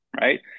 right